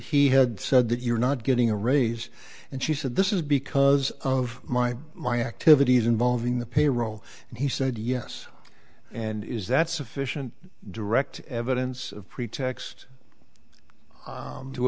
he had said that you're not getting a raise and she said this is because of my my activities involving the payroll and he said yes and is that sufficient direct evidence of pretext